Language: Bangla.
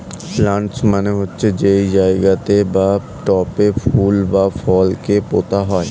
প্লান্টার্স মানে হচ্ছে যেই জায়গাতে বা পটে ফুল বা ফল কে পোতা হয়